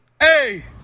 Hey